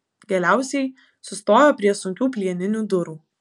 galiausiai sustojo prie sunkių plieninių durų